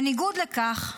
בניגוד לכך,